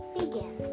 begin